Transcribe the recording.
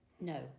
No